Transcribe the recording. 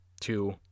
two